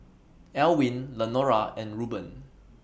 Elwin Lenora and Reuben